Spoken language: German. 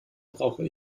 brauche